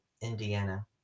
Indiana